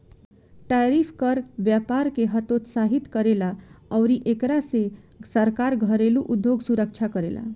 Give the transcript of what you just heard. tariff कर व्यपार के हतोत्साहित करेला अउरी एकरा से सरकार घरेलु उधोग सुरक्षा करेला